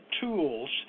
tools